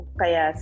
kaya